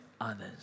others